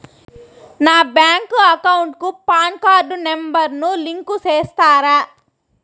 నా bank account కు PAN card number ను లింకు సేస్తారా?